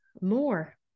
more